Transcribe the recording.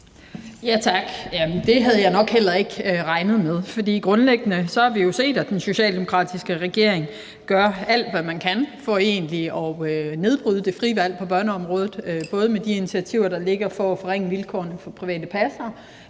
Tak. Det havde jeg nok heller ikke regnet med, for grundlæggende har vi jo set, at den socialdemokratiske regering gør alt, hvad man kan, for egentlig at nedbryde det frie valg på børneområdet, både med de initiativer, der ligger for at forringe vilkårene for private passere,